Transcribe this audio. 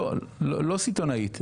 לא סיטונאית,